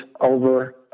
over